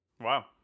wow